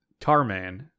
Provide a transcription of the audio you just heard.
Tarman